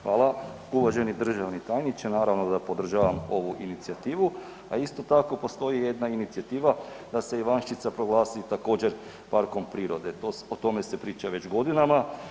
Hvala uvaženi državni tajniče, naravno da podržavam ovu inicijativu, a isto tako, postoji jedna inicijativa da se Ivanščica proglasi također, parkom prirode, to, o tome se priča već godinama.